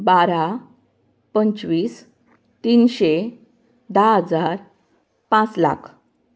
बारा पंचवीस तीनशे धा हजार पांच लाख